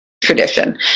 tradition